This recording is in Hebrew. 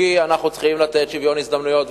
כי אנחנו צריכים לתת שוויון הזדמנויות,